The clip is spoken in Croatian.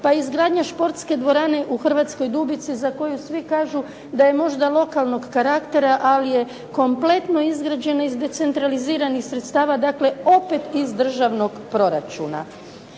pa izgradnja športske dvorane u Hrvatkoj Dubici za koju svi kažu da je možda lokalnog karaktera ali je kompletno izgrađena iz decentraliziranih sredstava, dakle opet iz državnog proračuna.